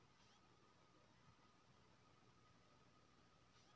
ATM card के password बिसरि गेलियै आबय की करियै?